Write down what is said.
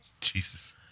Jesus